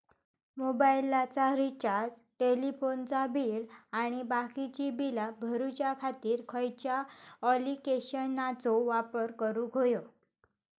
मोबाईलाचा रिचार्ज टेलिफोनाचा बिल आणि बाकीची बिला भरूच्या खातीर खयच्या ॲप्लिकेशनाचो वापर करूक होयो?